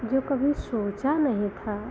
जो कभी सोचा नहीं था